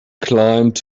climbed